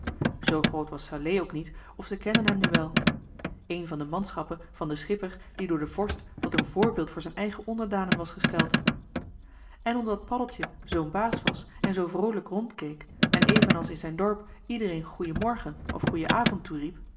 groot was salé ook niet of ze kenden hem nu wel een van de manschappen van den schipper die door den vorst tot een voorbeeld voor zijn eigen onderdanen was gesteld en omdat paddeltje zoo'n baas was en zoo joh h been paddeltje de scheepsjongen van michiel de ruijter vroolijk rondkeek en evenals in zijn dorp iedereen goeien morgen of goeien avond toeriep